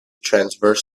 transverse